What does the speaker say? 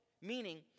Meaning